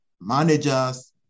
managers